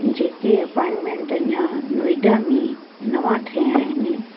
जेके अपाटमैंट अञा नोएडा में नवां ठहिया आहिनि